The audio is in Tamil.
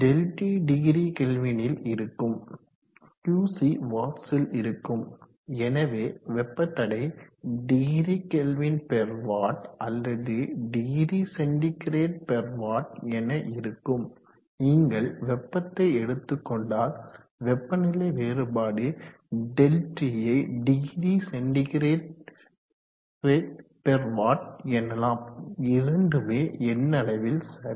ΔT டிகிரி கெல்வினில் இருக்கும் QC வாட்ஸ்ல் இருக்கும் எனவே வெப்பத்தடை டிகிரி கெல்வின் பெர் வாட் அல்லது டிகிரி சென்டிகிரேடு பெர் வாட் என இருக்கும் நீங்கள் வெப்பத்தை எடுத்துக்கொண்டால் வெப்பநிலை வேறுபாடு ΔT யை டிகிரி சென்டிகிரேடு பெர் வாட் எனலாம் இரண்டுமே எண்ணளவில் சரி